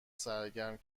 سرگرم